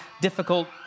difficult